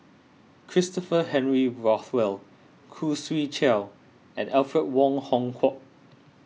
Christopher Henry Rothwell Khoo Swee Chiow and Alfred Wong Hong Kwok